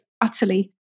utterly